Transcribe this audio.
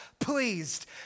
Pleased